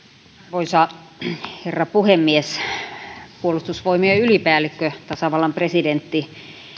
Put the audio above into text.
arvoisa herra puhemies puolustusvoimien ylipäällikkö tasavallan presidentti